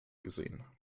gesehen